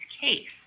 case